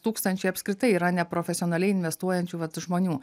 tūkstančiai apskritai yra neprofesionaliai investuojančių vat žmonių